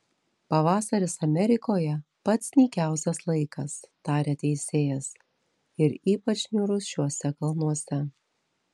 pavasaris amerikoje pats nykiausias laikas tarė teisėjas ir ypač niūrus šiuose kalnuose